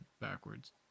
backwards